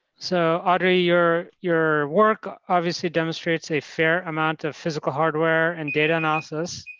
so audrey, your your work obviously demonstrates a fair amount of physical hardware and data analysis.